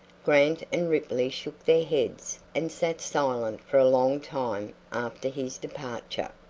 grant and ripley shook their heads and sat silent for a long time after his departure.